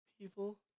People